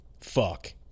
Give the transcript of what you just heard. fuck